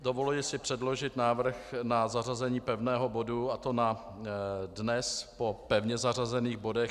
Dovoluji si předložit návrh na zařazení pevného bodu, a to na dnes po pevně zařazených bodech.